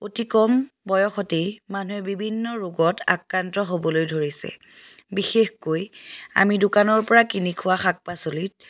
অতি কম বয়সতেই মানুহে বিভিন্ন ৰোগত আক্ৰান্ত হ'বলৈ ধৰিছে বিশেষকৈ আমি দোকানৰপৰা কিনি খোৱা শাক পাচলিত